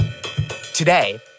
Today